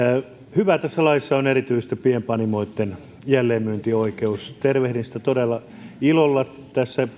hyvää tässä laissa on erityisesti pienpanimoitten jälleenmyyntioikeus tervehdin sitä todella ilolla